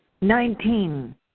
Nineteen